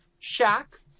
shack